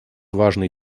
важный